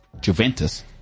Juventus